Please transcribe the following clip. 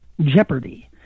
Jeopardy